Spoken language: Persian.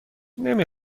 نمی